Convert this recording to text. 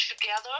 together